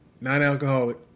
non-alcoholic